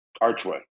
Archway